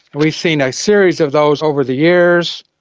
we've seen a series of those over the years,